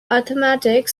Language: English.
arithmetic